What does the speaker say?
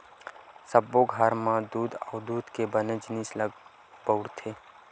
सब्बो घर म दूद अउ दूद के बने जिनिस ल बउरे जाथे